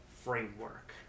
framework